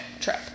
trip